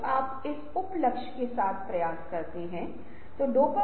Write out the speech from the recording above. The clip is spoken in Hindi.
अंत में यह जारी है जब तक कि सभी विशेषज्ञ एक विशेष समाधान पर सहमत नहीं होते हैं